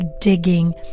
digging